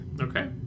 Okay